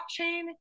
blockchain